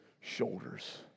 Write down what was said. shoulders